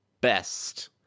best